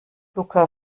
luca